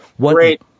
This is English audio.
Great